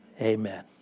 amen